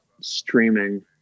streaming